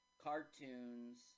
cartoons